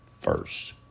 first